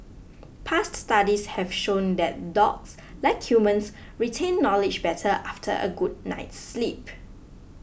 past studies have shown that dogs like humans retain knowledge better after a good night's sleep